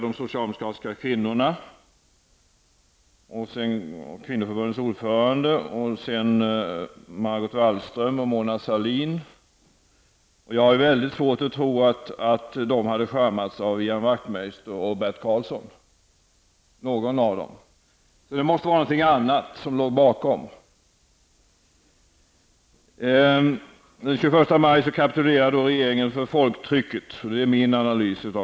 Det var först kvinnoförbundets ordförande, sedan Margot Wallström och Mona Sahlin. Jag har väldigt svårt att tro att någon av dem hade charmats av Ian Wachtmeister och Bert Karlsson. Det måste vara något annat som låg bakom. Den 21 maj kapitulerade regeringen för folktrycket -- det är min analys av detta.